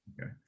okay